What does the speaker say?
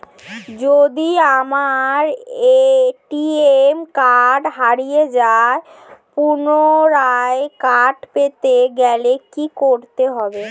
যদি আমার ATM card হারিয়ে যায় পুনরায় কার্ড পেতে গেলে কি করতে হবে?